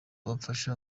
bamfashe